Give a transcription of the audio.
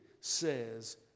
says